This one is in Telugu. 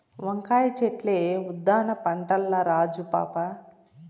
వంకాయ చెట్లే ఉద్దాన పంటల్ల రాజు పాపా